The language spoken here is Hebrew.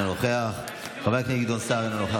אינו נוכח,